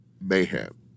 mayhem